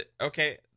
Okay